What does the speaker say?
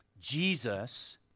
Jesus